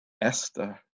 Esther